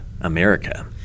America